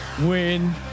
win